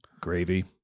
Gravy